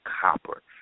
copper